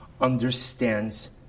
understands